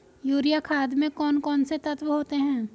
Urea खाद में कौन कौन से तत्व होते हैं?